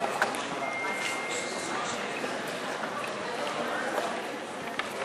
ההסתייגות (27) של קבוצת סיעת הרשימה המשותפת לסעיף 5 לא נתקבלה.